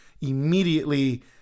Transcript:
immediately